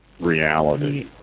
reality